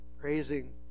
praising